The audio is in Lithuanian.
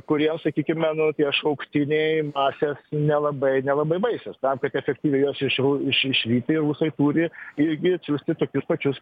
kurie sakykime nu tie šauktiniai masė nelabai nelabai baisūs tam kad efektyviai juo iš ru išvyti rusai turi irgi atsiųsti tokius pačius